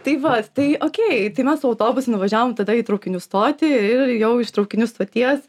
tai vat tai okei tai mes su autobusu nuvažiavom tada į traukinių stotį ir jau iš traukinių stoties